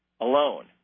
alone